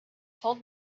told